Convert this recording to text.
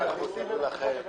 כך שבמקום "יום כ"ד